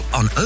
on